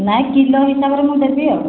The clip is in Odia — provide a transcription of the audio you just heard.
ନାଇ କିଲୋ ହିସାବରେ ମୁଁ ଦେବି ଆଉ